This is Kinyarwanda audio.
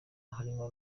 harimo